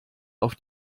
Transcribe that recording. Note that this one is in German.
auf